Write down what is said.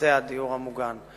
בתי הדיור המוגן.